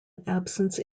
absence